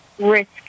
risk